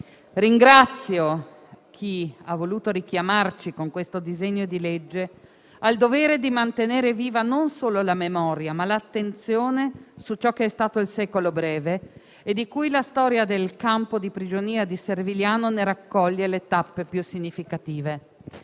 ringrazio chi ha voluto richiamarci, con il disegno di legge in esame, al dovere di mantenere viva non solo la memoria, ma anche l'attenzione su ciò che è stato il "secolo breve", di cui la storia del campo di prigionia di Servigliano raccoglie le tappe più significative.